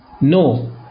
No